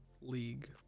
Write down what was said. League